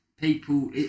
people –